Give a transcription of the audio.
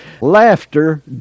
Laughter